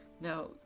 Now